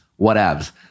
Whatevs